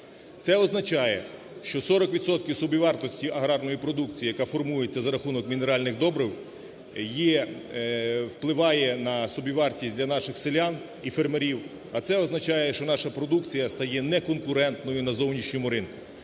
Це означає, що 40 відсотків собівартості аграрної продукції, яка формується за рахунок мінеральних добрив, є, впливає на собівартість для наших селян і фермерів. А це означає, що наша продукція стає неконкурентною на зовнішньому ринку.